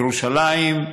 ירושלים,